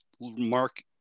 mark